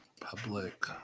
Public